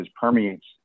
permeates